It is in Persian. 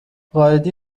قائدی